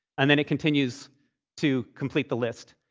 and then it continues to complete the list.